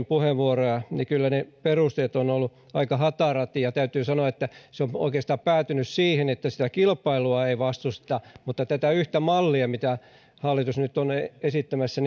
puheenvuoroja niin kyllä ne perusteet ovat olleet aika hatarat ja täytyy sanoa että se on oikeastaan päätynyt siihen että sitä kilpailua ei vastusteta vaan ainoastaan tätä yhtä mallia mitä hallitus nyt on esittämässä